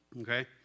Okay